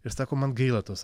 ir sako man gaila tos